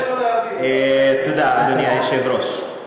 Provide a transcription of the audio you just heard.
תודה, אדוני היושב-ראש.